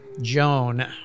Joan